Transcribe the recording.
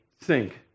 sink